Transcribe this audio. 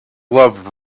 love